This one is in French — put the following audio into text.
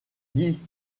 dit